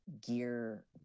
gear